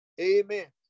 Amen